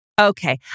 Okay